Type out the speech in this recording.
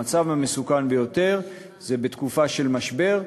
המצב המסוכן ביותר זה בתקופה של משבר,